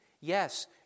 Yes